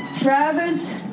Travis